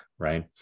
Right